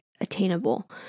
attainable